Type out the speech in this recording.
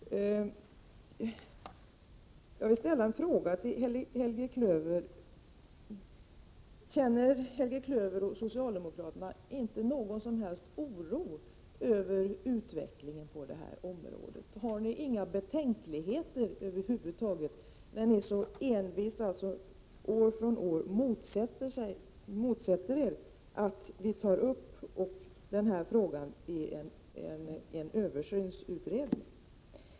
Jag vill ställa en fråga till Helge Klöver: Känner han och socialdemokraterna inte någon som helst oro för utvecklingen på detta område? Har de inga betänkligheter över huvud taget när de så envist år från år motsätter sig att vi tar upp denna fråga i en översynsutredning?